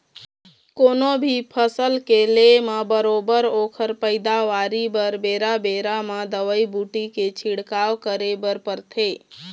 कोनो भी फसल के ले म बरोबर ओखर पइदावारी बर बेरा बेरा म दवई बूटी के छिड़काव करे बर परथे